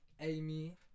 amy